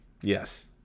Yes